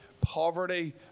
poverty